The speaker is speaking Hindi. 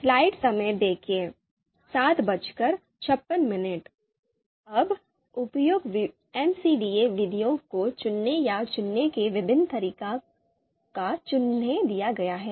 अब उपयुक्त एमसीडीए विधियों को चुनने या चुनने के विभिन्न तरीकों का सुझाव दिया गया है